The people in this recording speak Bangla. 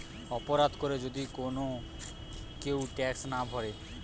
অপরাধ করে যদি লোক কেউ ট্যাক্স না ভোরে